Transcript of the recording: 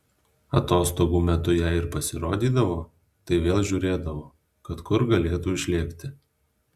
atostogų metu jei ir pasirodydavo tai vėl žiūrėdavo kad kur galėtų išlėkti